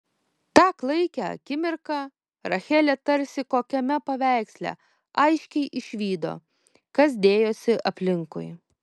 tą klaikią akimirką rachelė tarsi kokiame paveiksle aiškiai išvydo kas dėjosi aplinkui